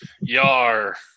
Yar